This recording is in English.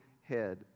head